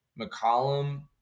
McCollum